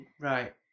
Right